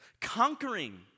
Conquering